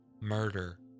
murder